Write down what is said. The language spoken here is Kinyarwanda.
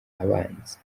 abanza